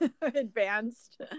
advanced